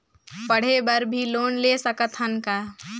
पढ़े बर भी लोन ले सकत हन का?